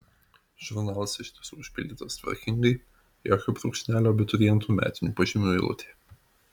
žurnalas iš tiesų užpildytas tvarkingai jokio brūkšnelio abiturientų metinių pažymių eilutėje